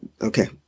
okay